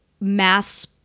mass